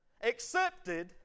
accepted